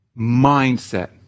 Mindset